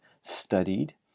studied